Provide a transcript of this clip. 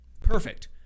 Perfect